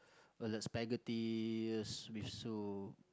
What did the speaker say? or there's spaghetti with soup